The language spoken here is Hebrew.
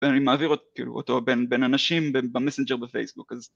ואני מעביר אותו בין אנשים במסנג'ר בפייסבוק. אז...